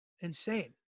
Insane